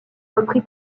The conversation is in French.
reprit